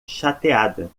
chateada